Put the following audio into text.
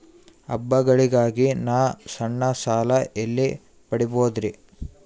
ಹಬ್ಬಗಳಿಗಾಗಿ ನಾ ಸಣ್ಣ ಸಾಲ ಎಲ್ಲಿ ಪಡಿಬೋದರಿ?